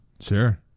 sure